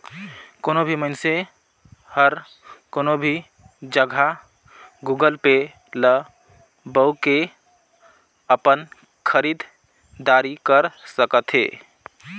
कोनो भी मइनसे हर कोनो भी जघा गुगल पे ल बउ के अपन खरीद दारी कर सकथे